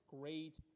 great